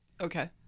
Okay